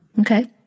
okay